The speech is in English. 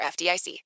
FDIC